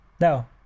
No